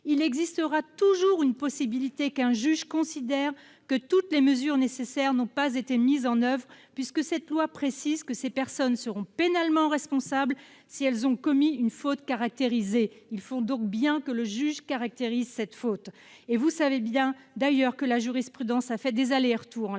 il existera toujours une possibilité qu'un juge considère que toutes les mesures nécessaires n'ont pas été mises en oeuvre, puisque cette loi précise que ces personnes seront pénalement responsables si elles ont commis une faute caractérisée. Il faut donc bien que le juge caractérise cette faute ; or vous savez que, en la matière, la jurisprudence a fait des allers et retours.